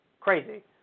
crazy